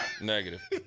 negative